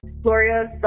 Gloria's